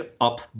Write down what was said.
Up